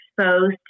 exposed